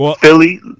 Philly